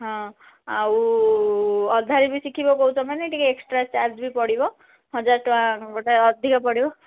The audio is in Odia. ହଁ ଆଉ ଅଧାରେ ବି ଶିଖିବ କହୁଛ ମାନେ ଟିକେ ଏକ୍ସଟ୍ରା ଚାର୍ଜ୍ ବି ପଡ଼ିବ ହଜାର ଟଙ୍କା ଗୋଟେ ଅଧିକ ପଡ଼ିବ